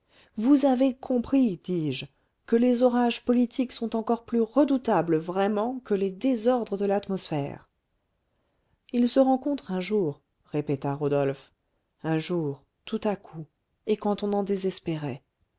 vous avez compris dis-je que les orages politiques sont encore plus redoutables vraiment que les désordres de l'atmosphère il se rencontre un jour répéta rodolphe un jour tout à coup et quand on en désespérait